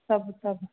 सभु सभु